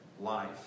life